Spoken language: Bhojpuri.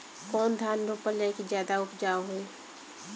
कौन धान रोपल जाई कि ज्यादा उपजाव होई?